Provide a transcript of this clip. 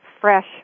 fresh